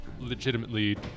Legitimately